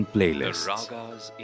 Playlists